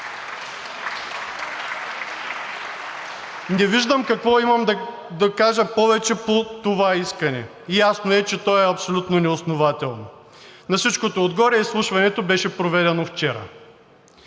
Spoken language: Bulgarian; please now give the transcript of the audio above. Не виждам какво имам да кажа повече по това искане. Ясно е, че то е абсолютно неоснователно. На всичкото отгоре изслушването беше проведено вчера.